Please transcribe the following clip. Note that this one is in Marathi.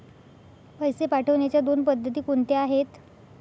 पैसे पाठवण्याच्या दोन पद्धती कोणत्या आहेत?